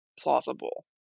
plausible